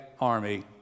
army